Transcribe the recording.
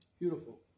Beautiful